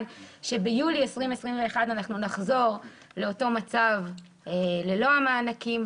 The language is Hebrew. שביולי 2021 נחזור לאותו מצב ללא המענקים,